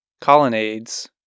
Colonnades